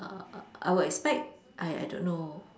err I would expect I don't know